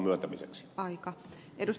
arvoisa puhemies